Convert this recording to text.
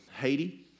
Haiti